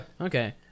Okay